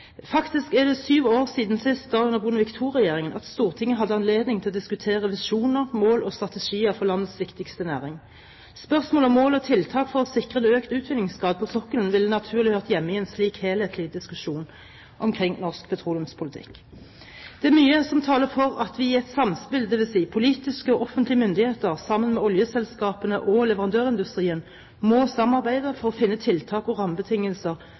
Faktisk er det syv år siden sist – da under Bondevik II-regjeringen – at Stortinget hadde anledning til å diskutere visjoner, mål og strategier for landets viktigste næring. Spørsmålet om mål og tiltak for å sikre en økt utvinningsgrad på sokkelen ville naturlig hørt hjemme i en slik helhetlig diskusjon omkring norsk petroleumspolitikk. Det er mye som taler for et samspill, dvs. at politiske og offentlige myndigheter sammen med oljeselskapene og leverandørindustrien må samarbeide for å finne tiltak og rammebetingelser